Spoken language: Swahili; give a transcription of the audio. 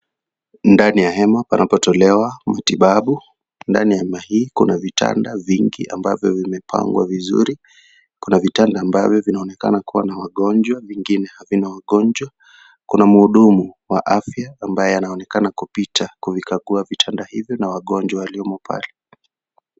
Ndani ya hema panapotolewa matibabu. Ndani ya hema hii, kuna vitanda vingi ambavyo vimepangwa vizuri. Kuna vitanda ambavyo vinaonekana kuwa na wagonjwa vingine havina wagonjwa. Kuna mhudumu wa afya, ambaye anaoneka kupita kuvukagua vitanda hivyo na wagonjwa waliomo pale.